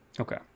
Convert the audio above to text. okay